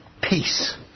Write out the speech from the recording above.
peace